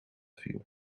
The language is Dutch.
viel